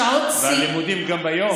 והלימודים גם ביום.